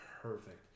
perfect